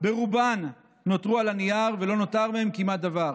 ברובן נותרו על הנייר ולא נותר מהן כמעט דבר.